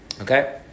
okay